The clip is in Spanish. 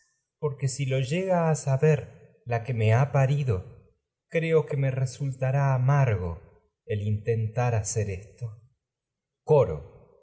porque que me si lo llega a saber la el que me ha parido resultará no amargo intentar hacer esto